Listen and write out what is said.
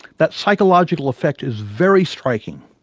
that psychological effect is very striking,